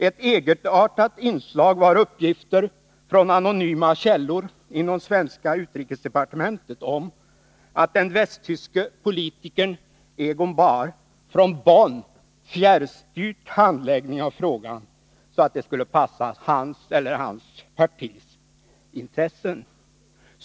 Ett egenartat inslag var uppgifter från anonyma källor inom svenska utrikesdepartementet om att den västtyske politikern Egon Bahr från Bonn fjärrstyrde handläggningen av frågan så att den skulle passa hans eller hans partis intressen.